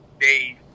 days